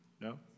No